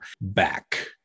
back